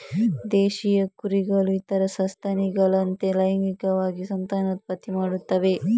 ದೇಶೀಯ ಕುರಿಗಳು ಇತರ ಸಸ್ತನಿಗಳಂತೆ ಲೈಂಗಿಕವಾಗಿ ಸಂತಾನೋತ್ಪತ್ತಿ ಮಾಡುತ್ತವೆ